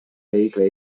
vehicle